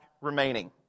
remaining